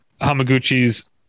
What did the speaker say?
Hamaguchi's